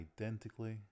identically